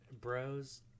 bros